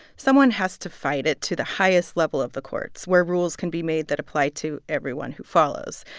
someone has to fight it to the highest level of the courts where rules can be made that apply to everyone who follows.